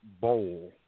bowl